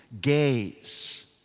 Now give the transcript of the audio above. gaze